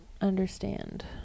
Understand